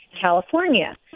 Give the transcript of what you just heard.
California